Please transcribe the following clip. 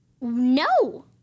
No